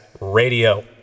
Radio